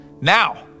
Now